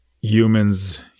humans